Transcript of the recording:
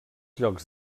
llocs